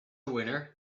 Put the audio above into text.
winner